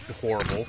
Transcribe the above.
horrible